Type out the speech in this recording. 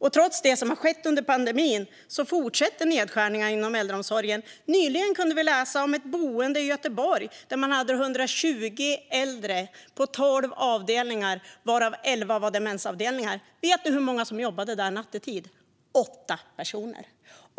Och trots det som har skett under pandemin fortsätter nedskärningarna inom äldreomsorgen. Nyligen kunde vi läsa om ett boende i Göteborg där man hade 120 äldre på tolv avdelningar, varav elva demensavdelningar. Vet ni hur många som jobbade där nattetid? Åtta personer!